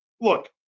Look